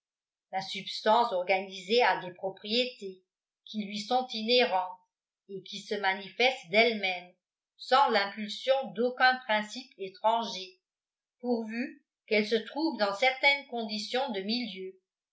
la substance organisée a des propriétés qui lui sont inhérentes et qui se manifestent d'elles-mêmes sans l'impulsion d'aucun principe étranger pourvu qu'elles se trouvent dans certaines conditions de milieu